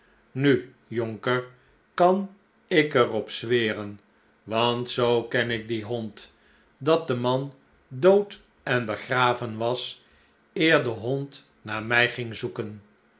nu jonker kan ik er op zweren want zoo ken ik dien hond dat de man dood en begraven was eer de hond naar mij ging zoeken